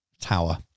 tower